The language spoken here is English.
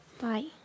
Bye